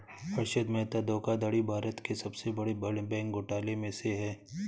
हर्षद मेहता धोखाधड़ी भारत के सबसे बड़े बैंक घोटालों में से है